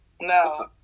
No